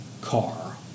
car